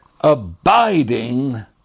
abiding